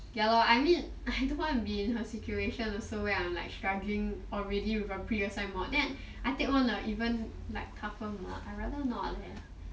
ya lor I mean I don't want to be in her situation also where I'm like struggling already with a preassigned mod then I take one or even like tougher mod I rather not